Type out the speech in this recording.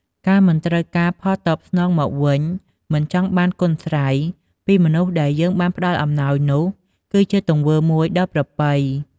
ការមិនត្រូវការផលតបស្នងមកវិញ មិនចង់បានគុណស្រ័យ ពីមនុស្សដែលយើងបានផ្តល់អំណោយនោះគឹជាទង្វើមួយដ៏ប្រពៃ។